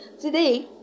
Today